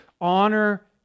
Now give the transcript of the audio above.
honor